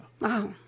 wow